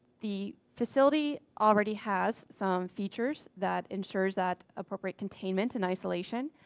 the facility already has some features that ensures that appropriate containment, and isolation,